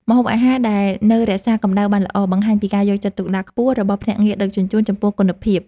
ម្ហូបអាហារដែលនៅរក្សាកម្ដៅបានល្អបង្ហាញពីការយកចិត្តទុកដាក់ខ្ពស់របស់ភ្នាក់ងារដឹកជញ្ជូនចំពោះគុណភាព។